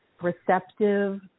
receptive